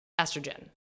estrogen